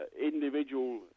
individual